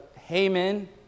Haman